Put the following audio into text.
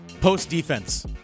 Post-defense